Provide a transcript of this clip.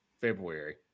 February